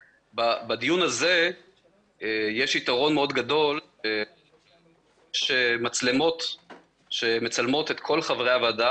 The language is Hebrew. בדיון הזה יש יתרון מאוד גדול שמצלמות מצלמות את כל חברי הוועדה,